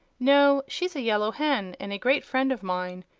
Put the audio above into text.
no she's a yellow hen, and a great friend of mine.